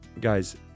guys